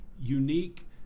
unique